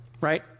Right